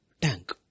tank